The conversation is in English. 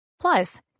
Plus